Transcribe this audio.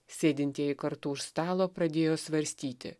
sėdintieji kartu už stalo pradėjo svarstyti